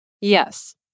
Yes